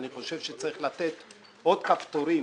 אני חושב שצריך לתת עוד כפתורים